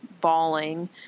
bawling